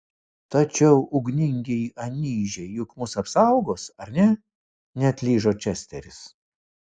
tačiau ugningieji anyžiai juk mus apsaugos ar ne neatlyžo česteris